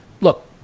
look